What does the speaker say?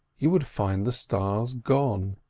you would find the stars gone,